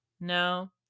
No